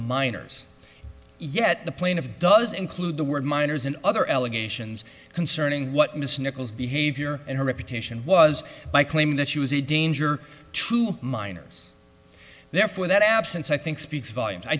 minors yet the plain of does include the word minors and other allegations concerning what miss nichols behavior and her reputation was by claiming that she was a danger to minors therefore that absence i think speaks volumes i